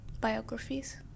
Biographies